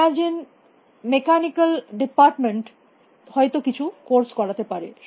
imagine mechanical department হয়ত কিছু course করাতে পারে